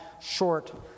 short